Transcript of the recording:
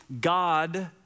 God